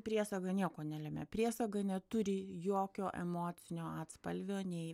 priesaga nieko nelemia priesaga neturi jokio emocinio atspalvio nei